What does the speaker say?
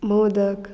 modak